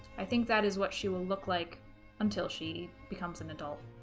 i think that is what she will look like until she becomes an adult